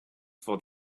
for